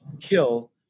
kill